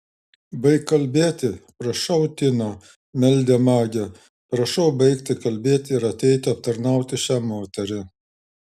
baik kalbėti prašau tina meldė magė prašau baigti kalbėti ir ateiti aptarnauti šią moterį